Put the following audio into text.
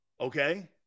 okay